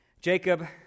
Jacob